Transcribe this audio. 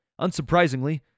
Unsurprisingly